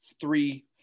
three